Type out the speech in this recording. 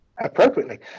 appropriately